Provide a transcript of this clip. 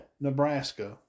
Nebraska